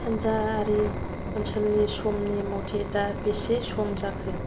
सानजारि ओनसोलनि समनि मथै दा बेसे सम जाखो